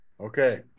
Okay